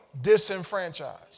disenfranchised